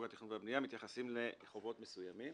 התכנון והבנייה מתייחסים לחובות מסוימים